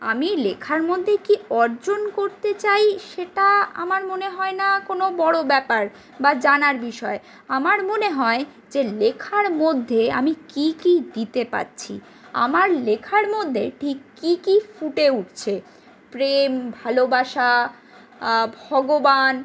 আমি লেখার মধ্যে কী অর্জন করতে চাই সেটা আমার মনে হয় না কোনো বড় ব্যাপার বা জানার বিষয় আমার মনে হয় যে লেখার মধ্যে আমি কী কী দিতে পারছি আমার লেখার মধ্যে ঠিক কী কী ফুটে উঠছে প্রেম ভালোবাসা ভগবান